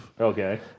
Okay